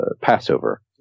Passover